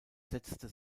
setzte